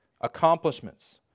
accomplishments